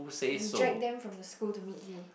and drag them from the school to meet you